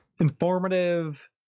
informative